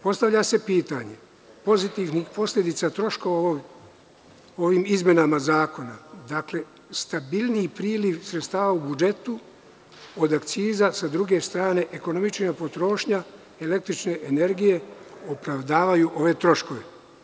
Postavlja se pitanje pozitivnih posledica troškova u ovim izmenama zakona, dakle, stabilniji priliv sredstava u budžetu od akciza, sa druge strane, ekonomičnija potrošnja električne energije, opravdavaju ove troškove.